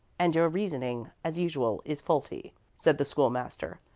and your reasoning, as usual, is faulty, said the school-master.